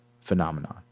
phenomenon